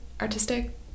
artistic